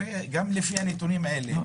הרי גם לפי הנתונים האלה